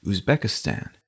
Uzbekistan